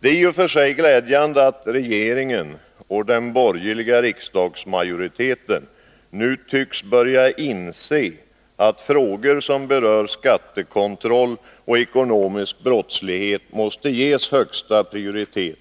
Det är i och för sig glädjande att regeringen och den borgerliga riksdagsmajoriteten nu tycks börja inse att frågor som berör skattekontroll och ekonomisk brottslighet måste ges högsta prioritet,